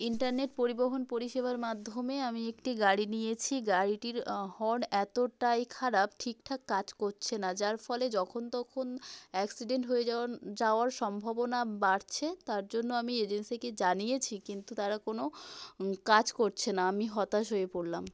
internet পরিবহণ পরিষেবার মাধ্যমে আমি একটি গাড়ি নিয়েছি গাড়িটির হর্ন এতটাই খারাপ ঠিকঠাক কাজ করছে না যার ফলে যখন তখন অ্যাক্সিডেন্ট হয়ে যাওন যাওয়ার সম্ভাবনা বাড়ছে তার জন্য আমি এজেন্সিকে জানিয়েছি কিন্তু তারা কোনো কাজ করছে না আমি হতাশ হয়ে পড়লাম